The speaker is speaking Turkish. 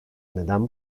neden